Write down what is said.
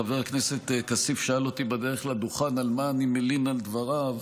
חבר הכנסת כסיף שאל אותי בדרך לדוכן מה אני מלין על דבריו,